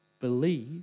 believe